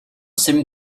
seemed